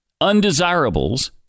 Undesirables